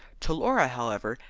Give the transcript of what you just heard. to laura, however,